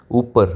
ઉપર